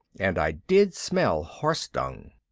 and i did smell horse dung.